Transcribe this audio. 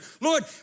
Lord